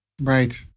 Right